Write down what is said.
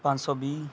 ਪੰਜ ਸੌ ਵੀਹ